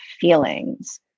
feelings